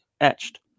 etched